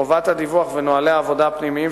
חובת הדיווח ונוהלי העבודה הפנימיים